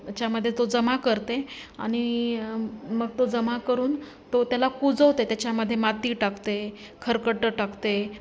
याच्यामध्ये तो जमा करते आणि मग तो जमा करून तो त्याला कुजवते त्याच्यामध्ये माती टाकते खरकट टाकते